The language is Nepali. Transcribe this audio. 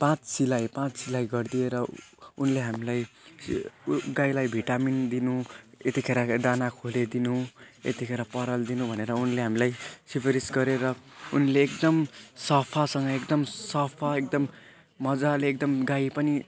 पाँच सिलाइ पाँच सिलाइ गरिदिएर उनले हामीलाई के उयो गाईलाई भिटामिन दिनु यतिखेर दाना खोले दिनु यतिखेर पराल दिनु भनेर उनले हामीलाई सिफारिस गरेर उनले एकदम सफासँग एकदम सफा एकदम मजाले एकदम गाई पनि